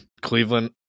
Cleveland